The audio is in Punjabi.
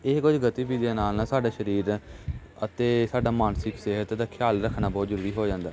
ਇਹ ਕੁਝ ਗਤੀਵਿਧੀਆਂ ਨਾਲ ਨਾ ਸਾਡਾ ਸਰੀਰ ਅਤੇ ਸਾਡਾ ਮਾਨਸਿਕ ਸਿਹਤ ਦਾ ਖਿਆਲ ਰੱਖਣਾ ਬਹੁਤ ਜ਼ਰੂਰੀ ਹੋ ਜਾਂਦਾ